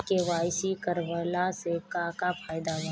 KYC करवला से का का फायदा बा?